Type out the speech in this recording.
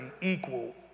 equal